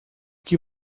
que